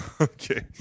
Okay